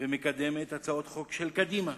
ומקדמת הצעות חוק של קדימה.